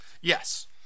Yes